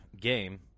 game